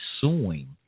suing